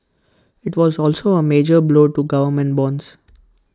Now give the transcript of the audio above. IT was also A major blow to government bonds